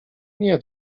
nie